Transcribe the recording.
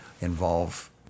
involve